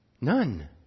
None